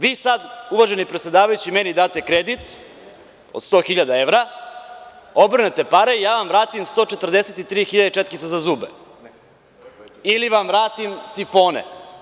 Vi sada uvaženi predsedavajući meni date kredit od 100.000 evra, obrnete pare i ja vam vratim 143.000 četkica za zube ili vam vratim sifone.